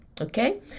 Okay